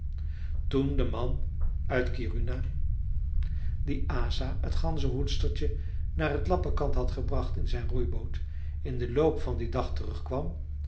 toen de man uit kiruna die asa t ganzenhoedstertje naar t lappenkamp had gebracht in zijn roeiboot in den loop van dien dag terugkwam